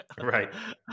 right